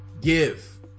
give